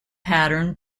pattern